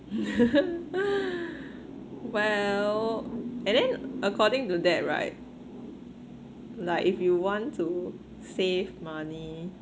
well and then according to that right like if you want to save money